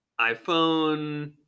iphone